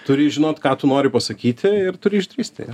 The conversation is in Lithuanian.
turi žinot ką tu nori pasakyti ir turi išdrįsti